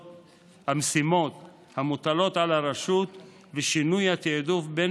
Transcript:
המשימות המוטלות על הרשות ולשינוי התיעדוף בין